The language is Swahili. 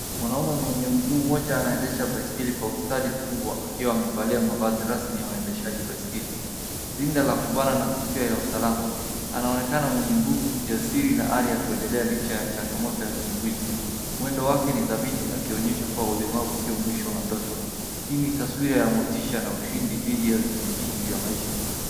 Mwanaume mwenye mguu mmoja anaendesha baiskeli kwa ustadi mkubwa, akiwa amevalia mavazi rasmi ya waendeshaji baiskeli, rinda la kuvaa na kofia ya usalama. Anaonekana mwenye nguvu, ujasiri na ari ya kuendelea licha ya changamoto ya kimwili. Mwendo wake ni dhabiti akionyesha kuwa ulemavu sio mwisho wa ndoto. Hii ni taswira ya motisha na ushindi dhidi ya vizingiti vya maisha.